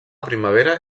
primavera